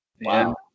Wow